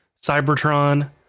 Cybertron